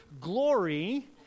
glory